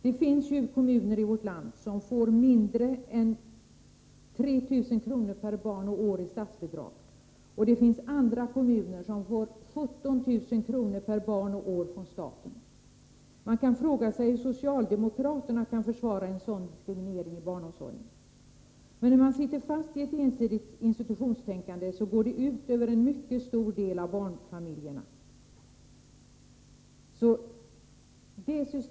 Det finns kommuner i vårt land som får mindre än 3 000 kr. per barn och år i statsbidrag. Det finns andra kommuner som får 17 000 kr. per barn och år från staten. Man kan fråga sig hur socialdemokraterna kan försvara en sådan diskriminering i barnomsorgen. Det faktum att man sitter fast vid ett ensidigt institutionstänkande går ut över en mycket stor del av barnfamiljerna.